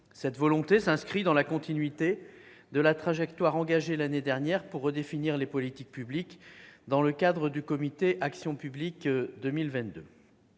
Cette volonté s'inscrit dans la continuité de la trajectoire amorcée l'année dernière pour redéfinir les politiques publiques, dans le cadre du comité Action publique 2022.